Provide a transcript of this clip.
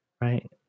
Right